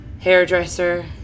hairdresser